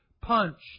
punched